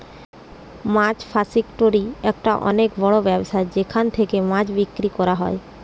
মাছ ফাসিকটোরি একটা অনেক বড় ব্যবসা যেখান থেকে মাছ বিক্রি করা হয়